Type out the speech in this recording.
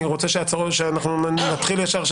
אני רוצה שאנחנו נתחיל ישר,